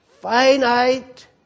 finite